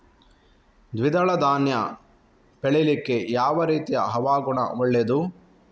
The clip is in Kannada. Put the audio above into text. ದ್ವಿದಳ ಧಾನ್ಯ ಬೆಳೀಲಿಕ್ಕೆ ಯಾವ ರೀತಿಯ ಹವಾಗುಣ ಒಳ್ಳೆದು?